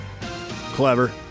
Clever